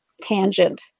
tangent